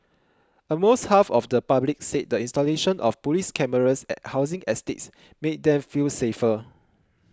almost half of the public said the installation of police cameras at housing estates made them feel safer